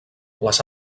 les